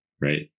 Right